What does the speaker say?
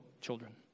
children